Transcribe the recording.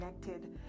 connected